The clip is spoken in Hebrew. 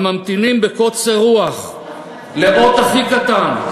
הממתינים בקוצר רוח לאות הכי קטן,